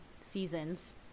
seasons